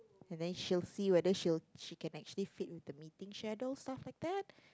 and then she will see whether she will she can actually fit into meeting schedule stuff like that